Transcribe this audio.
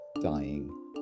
dying